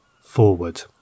forward